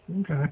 Okay